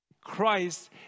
Christ